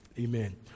amen